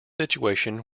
situation